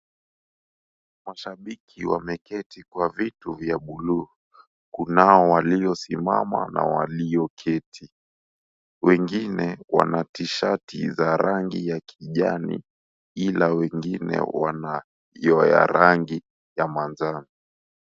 Mashabiki wameketi kwa viti vya buluu. Kunao waliosimama na walioketi, wengine wana tishati za rangi ya kijani ila wengine wanayo ya rangi ya manjano.